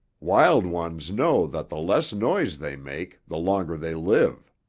wild ones know that the less noise they make, the longer they live.